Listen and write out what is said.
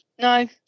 No